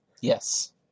Yes